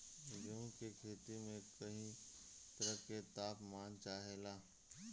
गेहू की खेती में कयी तरह के ताप मान चाहे ला